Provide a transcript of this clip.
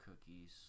cookies